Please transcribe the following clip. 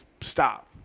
stop